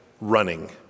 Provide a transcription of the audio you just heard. running